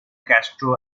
castro